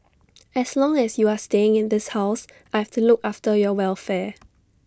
as long as you are staying in this house I've to look after your welfare